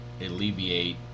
Alleviate